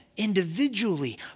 individually